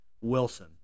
wilson